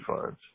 funds